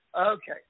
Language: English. Okay